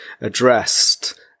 addressed